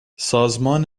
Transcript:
سازمان